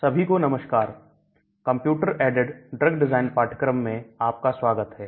सभी को नमस्कार कंप्यूटर ऐडेड ड्रग डिज़ाइन पाठ्यक्रम में आपका स्वागत है